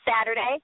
Saturday